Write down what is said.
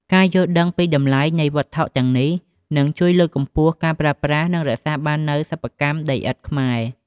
ការយល់ដឹងពីតម្លៃនៃវត្ថុទាំងនេះនឹងជួយលើកកម្ពស់ការប្រើប្រាស់ និងរក្សាបាននូវសិប្បកម្មដីឥដ្ឋខ្មែរ។